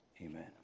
amen